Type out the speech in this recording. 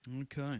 Okay